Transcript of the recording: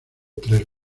tres